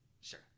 Sure